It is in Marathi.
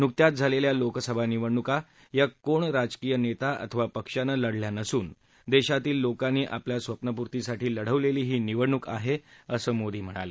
नुकत्याच झालेल्या लोकसभा निवडणुका या कोण राजकीय नेता अथवा पक्षांन लढल्या नसून देशातील लोकांनी आपल्या स्वप्नपूर्तीसाठी लढवलेली ही निवडणूक आहे असं मोदी म्हणाले